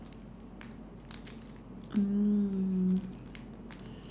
mm